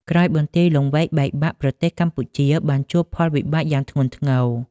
ក្រោយបន្ទាយលង្វែកបែកបាក់ ប្រទេសកម្ពុជាបានជួបផលវិបាកយ៉ាងធ្ងន់ធ្ងរ។